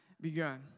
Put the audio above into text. begun